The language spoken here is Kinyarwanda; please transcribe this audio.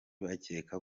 bakeka